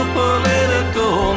political